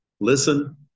Listen